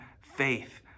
faith